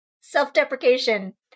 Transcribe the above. Self-deprecation